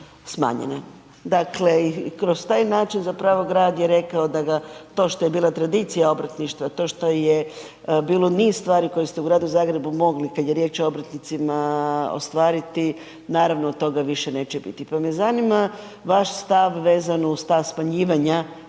Dakle i kroz taj način zapravo grad je rekao da ga to što je bila tradicija obrtništva, to što je bilo niz stvari koje ste u Gradu Zagrebu mogli, kad je riječ o obrtnicima ostvariti, naravno toga više neće biti. Pa me zanima vaš stav vezano uz ta smanjivanja